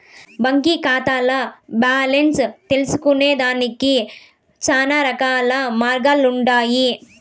బాంకీ కాతాల్ల బాలెన్స్ తెల్సుకొనేదానికి శానారకాల మార్గాలుండన్నాయి